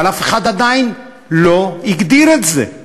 אבל אף אחד עדיין לא הגדיר את זה.